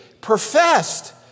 professed